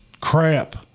crap